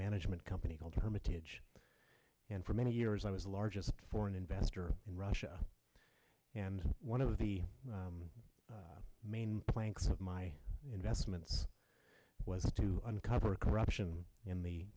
management company called hermitage and for many years i was the largest foreign investor in russia and one of the main planks of my investments was to uncover corruption in the